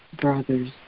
brother's